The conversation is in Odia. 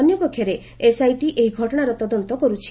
ଅନ୍ୟପକ୍ଷରେ ଏସ୍ଆଇଟି ଏହି ଘଟଣାର ତଦନ୍ତ କରୁଛି